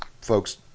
folks